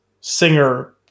singer